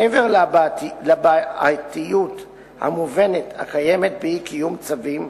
מעבר לבעייתיות המובנת הקיימת באי-קיום צווים,